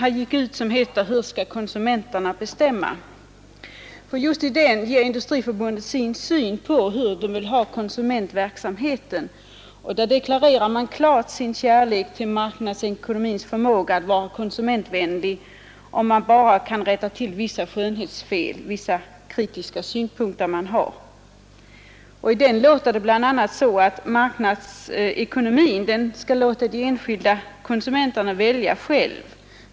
Den heter: Hur skall konsumenten bestämma? Just i denna skrift ger Industriförbundet sin syn på konsumentverksamheten. Där deklarerar man klart sin kärlek till marknadsekonomins förmåga att vara konsumentvänlig, om man bara kan rätta till vissa skönhetsfläckar — det är s.k. kritiska synpunkter. I den skriften hävdas det bl.a. att marknadsekonomin låter de enskilda konsumenterna själva välja.